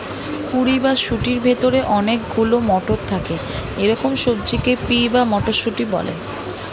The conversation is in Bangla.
কুঁড়ি বা শুঁটির ভেতরে অনেক গুলো মটর থাকে এরকম সবজিকে পি বা মটরশুঁটি বলে